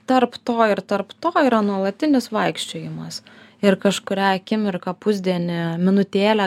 tarp to ir tarp to yra nuolatinis vaikščiojimas ir kažkurią akimirką pusdienį minutėlę